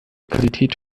qualität